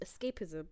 escapism